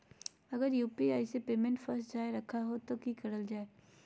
अगर यू.पी.आई से पेमेंट फस रखा जाए तो की करल जाए?